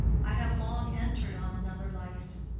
i have long entered on another life.